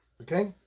Okay